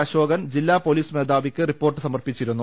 അശോകൻ ജില്ലാ പൊലീസ് മേധാവിയ്ക്ക് റിപ്പോർട്ട് സമർപ്പിച്ചിരുന്നു